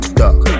duck